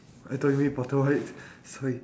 I thought you mean bottom right sorry